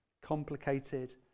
complicated